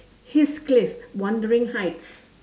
heath cliff wuthering heights